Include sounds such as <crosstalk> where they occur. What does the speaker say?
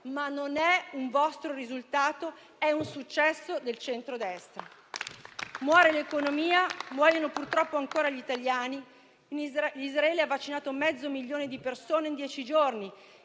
ma non è un vostro risultato: è un successo del centrodestra. <applause> Muore l'economia, muoiono purtroppo ancora gli italiani. Israele ha vaccinato mezzo milione di persone in dieci giorni